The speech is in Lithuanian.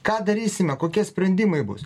ką darysime kokie sprendimai bus